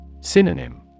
Synonym